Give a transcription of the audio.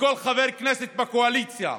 לכל חבר כנסת בקואליציה.